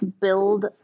build